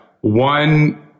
one